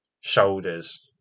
shoulders